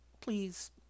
please